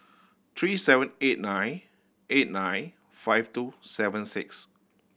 three seven eight nine eight nine five two seven six